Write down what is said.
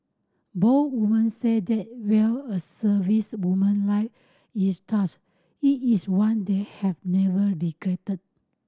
both women said that while a servicewoman life is tough it is one they have never regretted